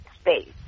space